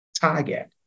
target